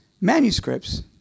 manuscripts